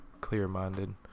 clear-minded